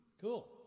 cool